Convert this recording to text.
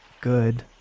good